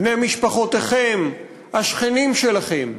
בני משפחותיכם, השכנים שלכם,